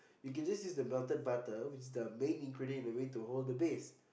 you can just use the melted butter which is the main ingredient in the way to hold the base